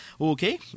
Okay